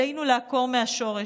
עלינו לעקור מהשורש.